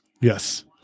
Yes